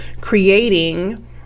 creating